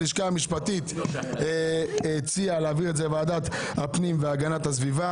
הלשכה המשפטית הציעה להעביר את זה לוועדת הפנים והגנת הסביבה.